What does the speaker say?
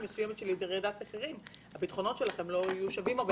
מסוימת של ירידת מחירים לא יהיו שווים.